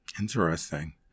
Interesting